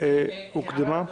אין נמנעים,